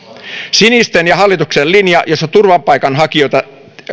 sinisten ja hallituksen linja jossa turvapaikanhakijoista